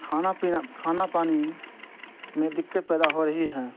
کھانا پینا کھانا پانی میں دقت پیدا ہو رہی ہے